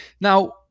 Now